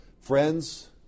Friends